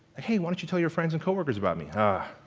hey, why don't you tell your friends and coworkers about me? ah,